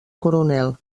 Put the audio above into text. coronel